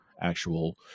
actual